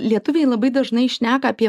lietuviai labai dažnai šneka apie